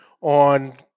on